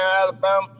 Alabama